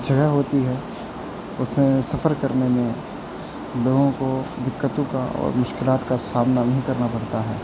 جگہ ہوتی ہے اس میں سفر کرنے میں لوگوں کو دقتوں کا اور مشکلات کا سامنا نہیں کرنا پڑتا ہے